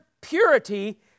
purity